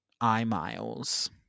i-miles